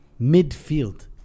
Midfield